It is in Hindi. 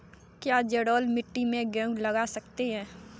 क्या जलोढ़ मिट्टी में गेहूँ लगा सकते हैं?